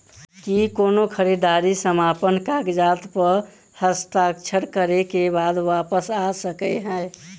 की कोनो खरीददारी समापन कागजात प हस्ताक्षर करे केँ बाद वापस आ सकै है?